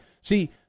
See